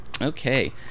okay